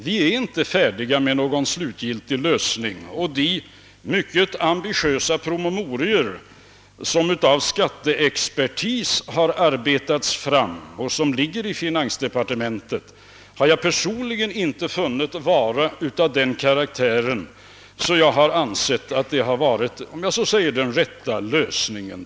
Vi har inte funnit någon färdig, slutgiltig lösning på problemet. De mycket ambitiösa promemorior som har arbetats fram av skatteexpertis och som ligger i finansdepartementet har jag personligen inte funnit vara av den karaktären, att de skulle kunna medföra den rätta lösningen.